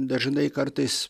dažnai kartais